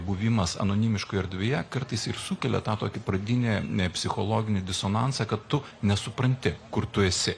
buvimas anonimiškoje erdvėje kartais ir sukelia tą tokį pradinį psichologinį disonansą kad tu nesupranti kur tu esi